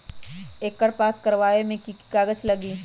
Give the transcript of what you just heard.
एकर पास करवावे मे की की कागज लगी?